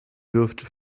dürfte